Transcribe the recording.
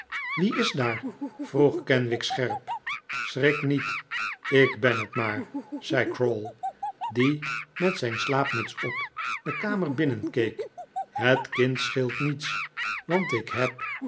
wie is daar vroeg kenwigs scherp schrik niet ik ben het maar zei crowl die met zijn slaapmuts op de kamer binnenkeek het kind scheelt niets want ik heb